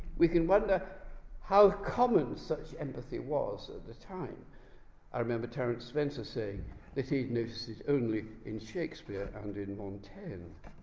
we can wonder how common such empathy was at the time i remember terence spencer saying that he had observed it only in shakespeare and montaigne